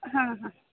ಹಾಂ ಹಾಂ